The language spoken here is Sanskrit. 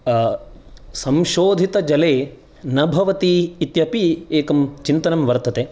संशोधितजले न भवति इत्यपि एकं चिन्तनं वर्तते